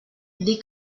dir